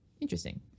Interesting